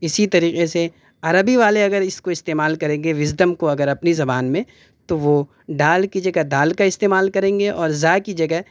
اسی طریقے سے عربی والے اگر اس کو استعمال کریں گے وژڈم کو اگر اپنی زبان میں تو وہ ڈال کی جگہ دال کا استعمال کریں گے اور زا کی جگہ